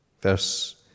Verse